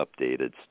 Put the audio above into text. updated